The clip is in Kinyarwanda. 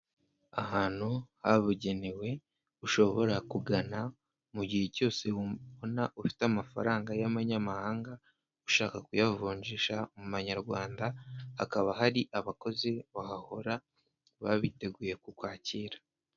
Ahantu habugenewe ushobora kugana mu gihe cyose ubona ufite amafaranga y'amanyamahanga, ushaka kuyavunjisha mu manyarwanda, hakaba hari abakozi wahahora baba biteguye ku kwakira.